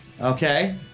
Okay